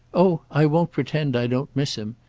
oh i won't pretend i don't miss him.